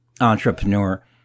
entrepreneur